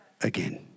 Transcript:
again